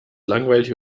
langweilig